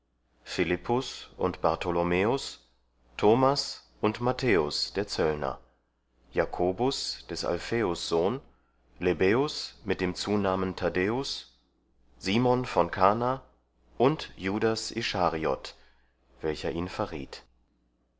philippus und bartholomäus thomas und matthäus der zöllner jakobus des alphäus sohn lebbäus mit dem zunamen thaddäus simon von kana und judas ischariot welcher ihn verriet